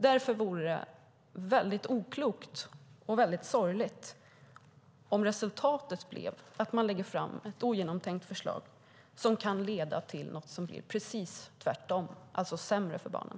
Därför vore det mycket oklokt och sorgligt om resultatet blev att man lägger fram ett ogenomtänkt förslag som kan leda till något som är precis tvärtom, alltså något som är sämre för barnen.